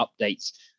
updates